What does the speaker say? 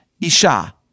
Isha